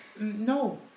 No